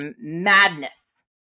madness